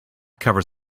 covers